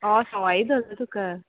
ऑ सवाय धरता तुका